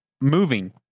moving